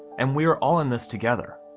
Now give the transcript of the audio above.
and we are all in this together.